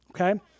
okay